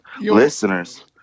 listeners